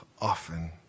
often